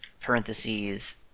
parentheses